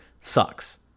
Sucks